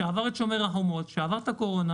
שעבר את "שומר החומות", שעבר את הקורונה